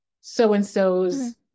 so-and-so's